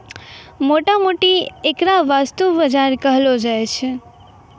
मोटा मोटी ऐकरा वस्तु बाजार कहलो जाय छै